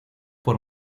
por